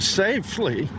safely